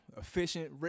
Efficient